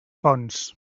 ponts